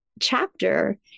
chapter